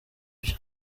byo